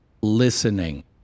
listening